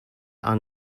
are